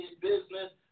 business